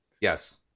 Yes